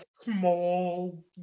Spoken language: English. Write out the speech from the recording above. small